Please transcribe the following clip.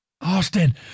Austin